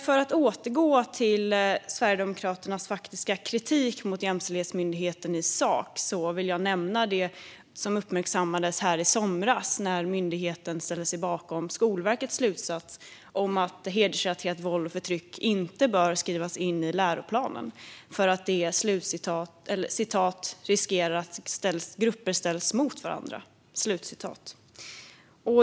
För att återgå till Sverigedemokraternas kritik mot Jämställdhetsmyndigheten i sak vill jag nämna det som uppmärksammades i somras, när myndigheten ställde sig bakom Skolverkets slutsats att hedersrelaterat våld och förtryck inte bör skrivas in i läroplanen då "grupper riskerar att ställas mot varandra".